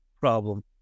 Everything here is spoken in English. problem